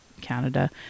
Canada